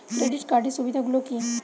Credit কার্ডের সুবিধা গুলো কি?